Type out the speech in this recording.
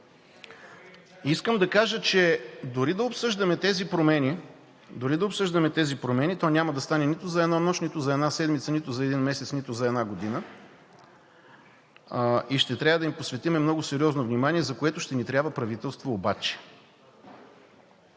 Искам да кажа, че дори да обсъждаме тези промени, то няма да стане нито за една нощ, нито за една седмица, нито за един месец, нито за една година и ще трябва да им посветим много сериозно внимание, за което ще ни трябва правителство обаче.